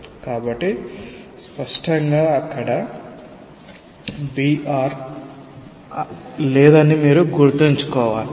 కాబట్టి స్పష్టంగా అక్కడ br లేదని మీరు గుర్తుంచుకోవాలి